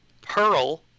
Pearl